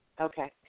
Okay